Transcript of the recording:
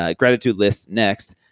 ah gratitude list next,